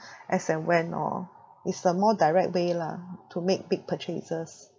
as and when or it's a more direct way lah to make big purchases